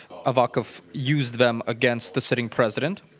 avakov used them against the sitting president.